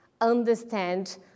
understand